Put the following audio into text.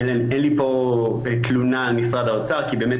אין לי פה תלונה על משרד האוצר כי באמת